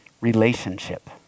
Relationship